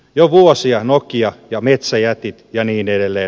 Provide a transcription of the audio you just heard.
jo vuosia nokia ja metsäjätit ja niin edelleen